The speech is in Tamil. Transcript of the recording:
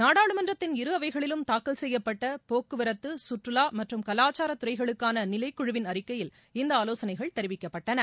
நாடாளுமன்றத்தின் இரு அவைகளிலும் தாக்கல் செய்யப்பட்ட போக்குவரத்து சுற்றுலா மற்றும் கலாச்சார துறைகளுக்கான நிலைக்குழுவின் அறிக்கையில் இந்த ஆலோசனைகள் தெரிவிக்கப்பட்டன